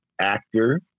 actor